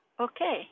Okay